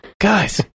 Guys